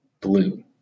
blue